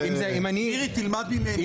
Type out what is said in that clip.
שירי, תלמד ממני.